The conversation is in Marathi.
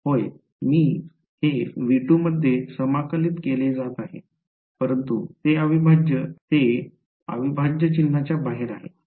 होय हे V2 मध्ये समाकलित केले जात आहे परंतु ते अविभाज्य चिन्हाच्या बाहेर आहे